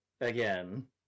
again